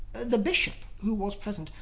the bishop, who was present,